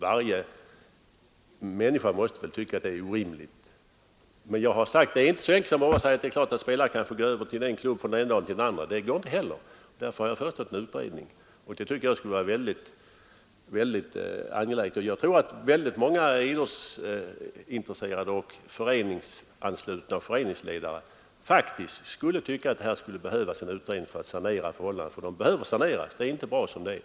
Varje människa måste väl tycka att det är orimligt. Men jag har sagt: Det är inte så enkelt som att en spelare kan få flytta till en klubb från den ena dagen till den andra. Det går inte heller. Därför har jag föreslagit en utredning, och jag tycker det skulle vara väldigt angeläget att göra en sådan. Jag tror att väldigt många idrottsintresserade, föreningsanslutna och föreningsledare faktiskt tycker att det behövs en utredning för att sanera förhållandena. De behöver saneras — det är inte bra som det är.